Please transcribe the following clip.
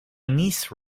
niece